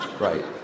Right